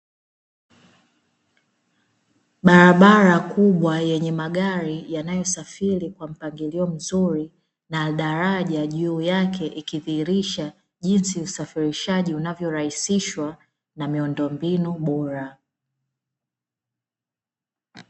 Barabara kubwa ya lami yenye magari yanayosafiri kwa mpangilio mzuri na daraja juu yake ikidhihirisha jinsi usafirishaji unavyo rahisishwa na miundo mbinu bora.